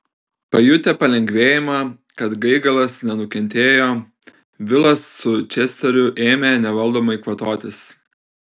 pajutę palengvėjimą kad gaigalas nenukentėjo vilas su česteriu ėmė nevaldomai kvatotis